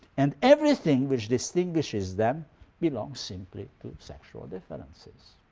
and everything which distinguishes them belongs simply to sexual differences.